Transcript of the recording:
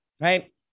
right